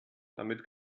damit